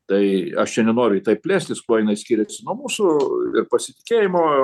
tai aš čia nenoriu į tai plėstis kuo jinai skiriasi nuo mūsų ir pasitikėjimo